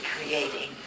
creating